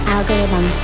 Algorithm